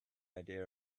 idea